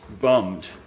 bummed